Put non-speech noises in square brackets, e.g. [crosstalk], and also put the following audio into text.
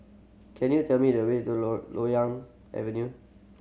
can you tell me the way to [unintelligible] Loyang Avenue